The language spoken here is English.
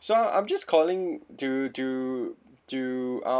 so I'm just calling to to to uh